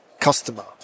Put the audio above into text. customer